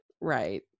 Right